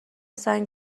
سنگ